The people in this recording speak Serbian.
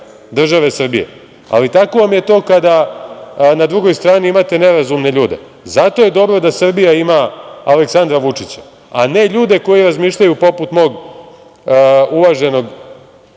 države Srbije, ali tako vam je to kada na drugoj strani imate nerazumne ljude. Zato je dobro da Srbija ima Aleksandra Vučića, a ne ljude koji razmišljaju poput mog uvaženog